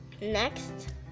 Next